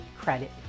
credit